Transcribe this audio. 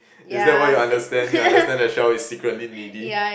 is that why you understand you understand that Chelle is secretly needy